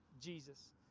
Jesus